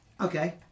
Okay